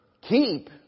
keep